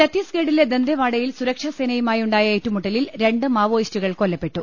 ഛത്തീസ്ഗഢിലെ ദന്തേവാഡയിൽ സുരക്ഷാസേനയുമായു ണ്ടായ ഏറ്റുമുട്ടലിൽ രണ്ട് മാവോയിസ്റ്റുകൾ കൊല്ലപ്പെട്ടു